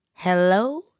Hello